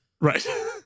Right